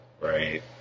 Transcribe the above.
Right